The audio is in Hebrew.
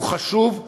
הוא חשוב,